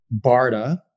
BARDA